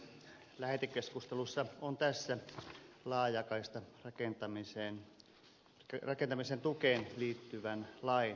lähetekeskustelussa on tässä laajakaistarakentamisen tukeen liittyvän lain muuttaminen